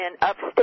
upstate